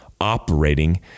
operating